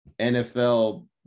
NFL –